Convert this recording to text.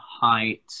height